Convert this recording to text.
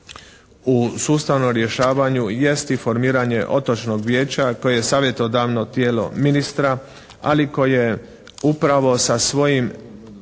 u sustavnom rješavanju jest i formiranje otočnog vijeća koje je savjetodavno tijelo ministra, ali koje upravo sa svojim